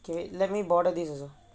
K let me border this also